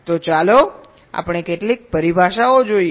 તો ચાલો આપણે કેટલીક પરિભાષાઓ જોઈએ